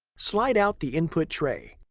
slide out the input tray.